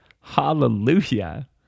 Hallelujah